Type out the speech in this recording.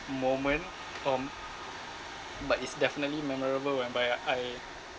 moment um but it's definitely memorable whereby I